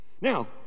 Now